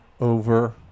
Over